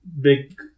big